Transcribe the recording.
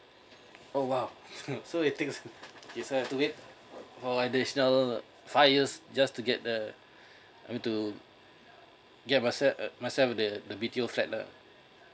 oh !wow! okay so it takes you have to wait for like they five years just to get the to get myself the the B_T_O flat uh